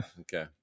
Okay